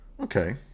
Okay